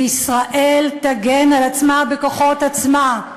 וישראל תגן על עצמה בכוחות עצמה.